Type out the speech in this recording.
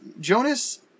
Jonas